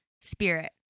spirit